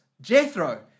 Jethro